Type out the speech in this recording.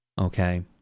okay